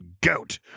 goat